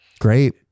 Great